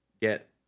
get